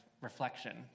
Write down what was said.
reflection